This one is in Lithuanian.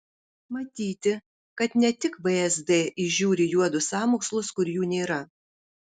matyti kad ne tik vsd įžiūri juodus sąmokslus kur jų nėra